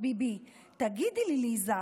ביבי: תגידי לי, ליזה,